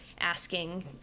asking